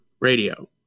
radio